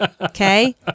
Okay